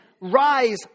rise